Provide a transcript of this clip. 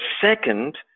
second